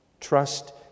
Trust